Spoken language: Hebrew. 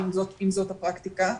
אם זאת הפרקטיקה,